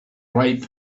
right